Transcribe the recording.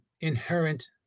inherent